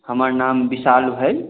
हमर नाम विशाल भेल